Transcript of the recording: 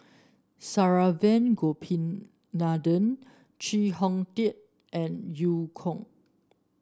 Saravanan Gopinathan Chee Hong Tat and Eu Kong